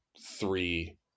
three